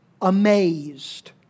amazed